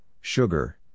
sugar